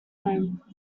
rome